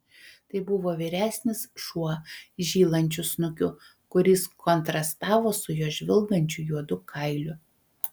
tai buvo vyresnis šuo žylančiu snukiu kuris kontrastavo su jo žvilgančiu juodu kailiu